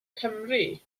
cymru